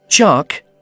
Chuck